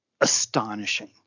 astonishing